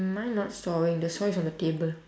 mine not sawing the saw is on the table